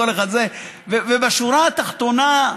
ובשורה התחתונה,